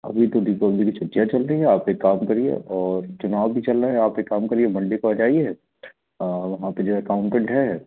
अभी तो दीपावली की छुट्टियाँ चल रही हैं आप एक काम करिए और चुनाव भी चल रहें हैं आप एक काम करिए मंडे को आ जाइए वहाँ पे जो है अक्काउंटेंट है